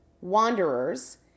wanderers